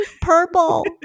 purple